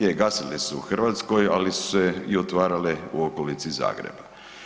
Je gasili su u Hrvatskoj, ali su se i otvarale u okolici Zagreba.